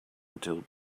until